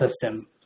system